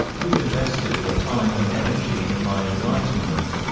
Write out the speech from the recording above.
who invested their time and energy in my enlightenment.